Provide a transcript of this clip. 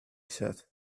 said